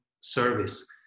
service